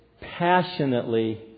passionately